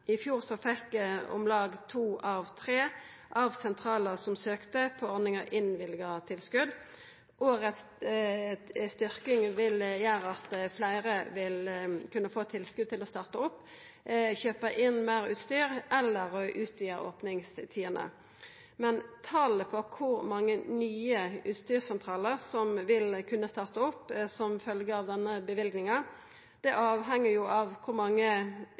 I fjor fekk om lag to av tre sentralar som søkte på ordninga, innvilga tilskot. Årets styrking vil gjera at fleire vil kunna få eit tilskot til å starta opp, kjøpa inn meir utstyr eller til å utvida opningstidene. Talet på kor mange nye utstyrssentralar som vil kunna starta opp som følgje av denne løyvinga, avheng av kor mange